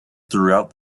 throughout